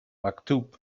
maktub